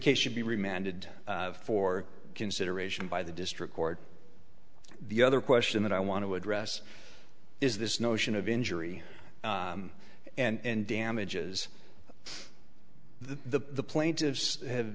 case should be remanded for consideration by the district court the other question that i want to address is this notion of injury and damages the plaintiffs have